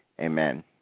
Amen